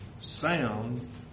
sound